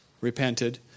repented